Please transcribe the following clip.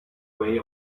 way